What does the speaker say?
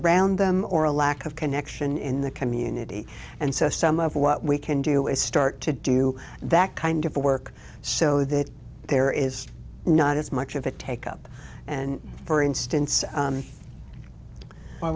around them or a lack of connection in the community and so some of what we can do is start to do that kind of work so that there is not as much of a take up and for instance